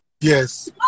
Yes